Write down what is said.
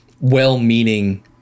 well-meaning